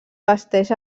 vesteix